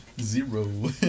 Zero